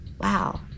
wow